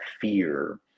fear